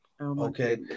Okay